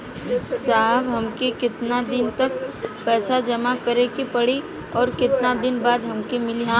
साहब हमके कितना दिन तक पैसा जमा करे के पड़ी और कितना दिन बाद हमके मिली?